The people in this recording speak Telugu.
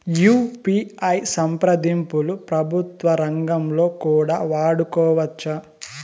యు.పి.ఐ సంప్రదింపులు ప్రభుత్వ రంగంలో కూడా వాడుకోవచ్చా?